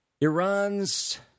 Iran's